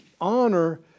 honor